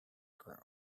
grow